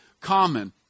common